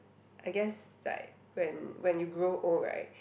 I guess like when when you grow old right